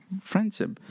friendship